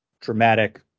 dramatic